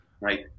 right